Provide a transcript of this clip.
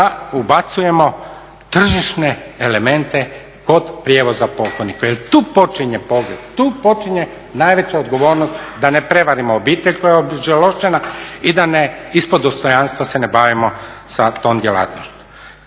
ubacujemo tržišne elemente kod prijevoza pokojnika jel tu počinje pogreb, tu počinje najveća odgovornost da ne prevarimo obitelj koja je ožalošćena i da ne ispod dostojanstva se ne bavimo sa tom djelatnošću.